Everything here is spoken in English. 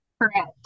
Correct